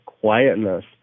quietness